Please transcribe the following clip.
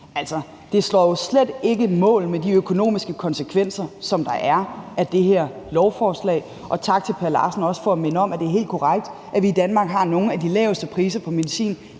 jo slet ikke overens med de økonomiske konsekvenser, som der er af det her lovforslag – og tak til hr. Per Larsen for at minde om, at vi i Danmark har nogle af de laveste priser på medicin.